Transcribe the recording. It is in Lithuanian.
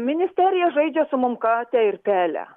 ministerija žaidžia su mum katę ir pelę